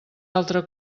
altra